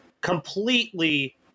completely